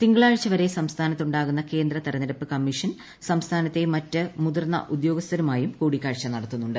തിങ്കളാഴ്ച വരെ സംസ്ഥാനത്തുണ്ടാകുന്ന കേന്ദ്ര തിരഞ്ഞെടുപ്പ് കമ്മീഷൻ സംസ്ഥാനത്തെ മറ്റ് മുതിർന്ന ഉദ്യോഗസ്ഥരുമായും കൂടിക്കാഴ്ച നടത്തുന്നുണ്ട്